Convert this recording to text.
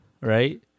right